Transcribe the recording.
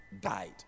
died